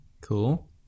Cool